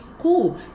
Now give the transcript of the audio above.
Cool